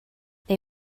they